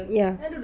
ya